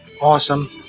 awesome